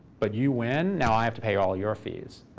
but you win, now i have to pay all your fees.